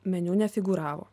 meniu nefigūravo